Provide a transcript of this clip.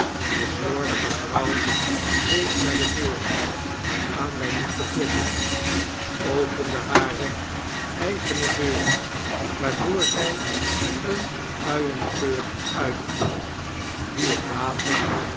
de slordige vrouw wees naar de deur waaraan wy moesten kloppen opende hare eigen deur waardoor zij een uiengeur uitliet die het water